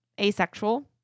asexual